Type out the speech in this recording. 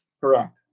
Correct